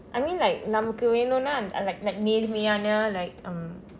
I mean like நமக்கு வேண்டும்னா அந்த:namakku veendumnaa andtha like like நேர்மையான:neermayaana like um